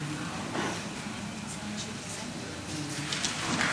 לוועדת החוץ והביטחון נתקבלה.